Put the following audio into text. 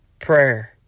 Prayer